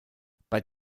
bei